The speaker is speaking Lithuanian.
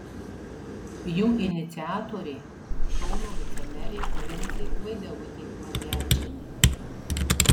jų iniciatorė kauno vicemerė vincė vaidevutė margevičienė